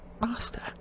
Master